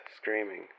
screaming